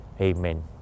Amen